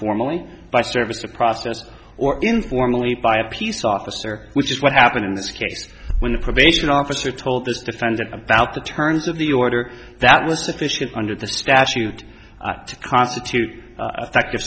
formally by service a process or informally by a peace officer which is what happened in this case when the probation officer told this defendant about the terms of the order that was sufficient under the statute to constitute a